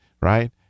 right